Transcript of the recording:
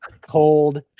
Cold